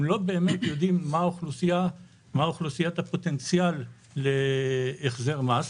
הם לא באמת יודעים מה אוכלוסיית הפוטנציאל להחזר מס,